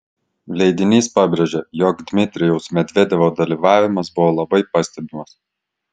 leidinys pabrėžia jog dmitrijaus medvedevo dalyvavimas buvo labai pastebimas